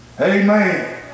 Amen